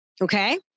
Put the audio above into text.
Okay